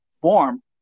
form